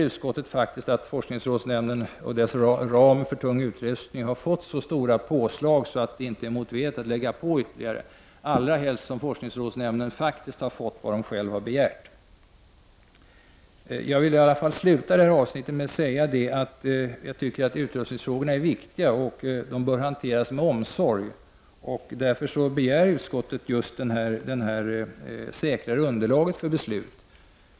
Utskottet anser att FRN för tung utrustning har fått så stora påslag att det inte är motiverat att lägga på ytterligare, allra helst som FRN faktiskt har fått vad man själv har begärt. Jag vill avsluta detta avsnitt med att säga att utrustningsfrågorna är viktiga och bör hanteras med omsorg. Därför begär utskottet ett säkrare underlag för beslut.